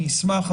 אני אשמח.